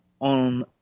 on